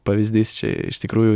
pavyzdys čia iš tikrųjų